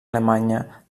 alemanya